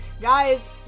Guys